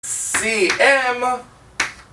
סי-אם